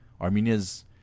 Armenia's